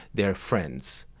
they are friends.